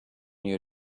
you